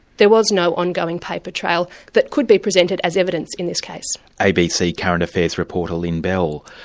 there was no ongoing paper trail that could be presented as evidence in this case. abc current affairs reporter, lyn bell.